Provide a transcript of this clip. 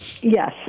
Yes